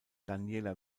daniela